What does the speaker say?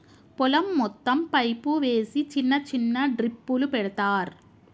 పొలం మొత్తం పైపు వేసి చిన్న చిన్న డ్రిప్పులు పెడతార్